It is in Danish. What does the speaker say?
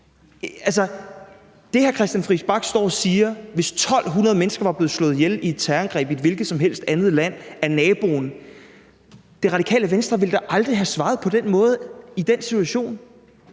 bag afghanistankrigen. Altså, hvis 1.200 mennesker var blevet slået ihjel af naboen i et terrorangreb i et hvilket som helst andet land, ville Radikale Venstre da aldrig have svaret på den måde i den situation.